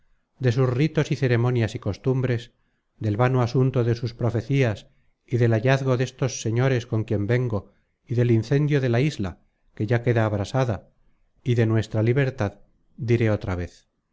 de sus ritos y ceremonias y costumbres del vano asunto de sus profecías y del hallazgo destos señores con quien vengo y del incendio de la isla que ya queda abrasada y de nuestra libertad diré otra vez